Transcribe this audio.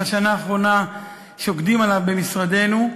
במשך השנה האחרונה שוקדים עליו במשרדנו.